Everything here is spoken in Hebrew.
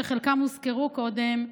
שחלקם הוזכרו קודם,